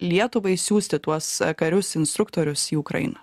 lietuvai siųsti tuos karius instruktorius į ukrainą